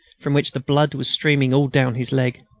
from which the blood was streaming all down his leg.